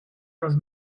los